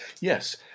Yes